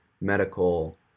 medical